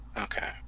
Okay